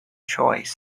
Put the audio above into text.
choice